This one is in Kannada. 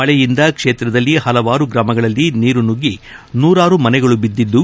ಮಳೆಯಿಂದ ಕ್ಷೇತ್ರದಲ್ಲಿ ಹಲವಾರು ಗ್ರಾಮಗಳಲ್ಲಿ ನೀರು ನುಗ್ಗಿ ನೂರಾರು ಮನೆಗಳು ಬಿದ್ದಿದ್ದು